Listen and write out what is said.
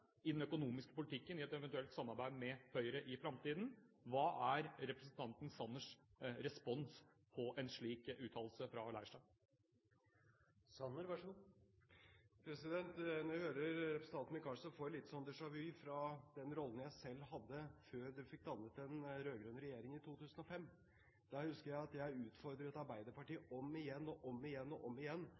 i den økonomiske politikken i et eventuelt samarbeid med Høyre i framtiden. Hva er representanten Sanners respons på en slik uttalelse fra Leirstein? Når jeg hører representanten Micaelsen, får jeg litt déjà vu-følelse fra den rollen jeg selv hadde før man fikk dannet den rød-grønne regjering i 2005. Da husker jeg at jeg utfordret Arbeiderpartiet om igjen og om igjen og om igjen